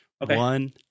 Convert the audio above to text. One